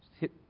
hit